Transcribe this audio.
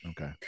Okay